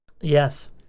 Yes